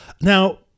Now